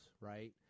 right